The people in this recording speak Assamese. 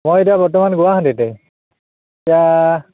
মই এতিয়া বৰ্তমান গুৱাহাটীতে এতিয়া